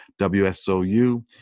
WSOU